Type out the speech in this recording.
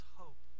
hope